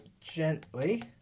gently